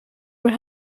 were